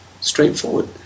straightforward